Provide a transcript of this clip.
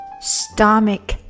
Stomach